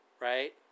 Right